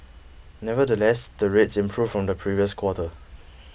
nevertheless the rates improved from the previous quarter